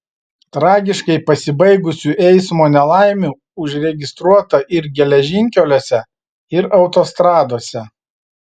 tragiškai pasibaigusių eismo nelaimių užregistruota ir geležinkeliuose ir autostradose